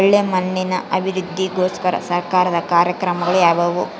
ಒಳ್ಳೆ ಮಣ್ಣಿನ ಅಭಿವೃದ್ಧಿಗೋಸ್ಕರ ಸರ್ಕಾರದ ಕಾರ್ಯಕ್ರಮಗಳು ಯಾವುವು?